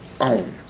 own